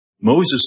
Moses